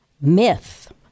myth